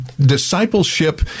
discipleship